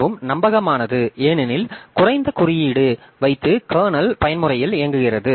மிகவும் நம்பகமானது ஏனெனில் குறைந்த குறியீடு வைத்து கர்னல் பயன்முறையில் இயங்குகிறது